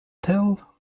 tell